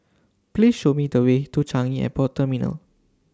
Please Show Me The Way to Changi Airport Terminal